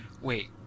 Wait